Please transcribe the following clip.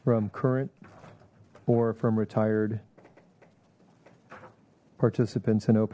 from current or from retired participants in o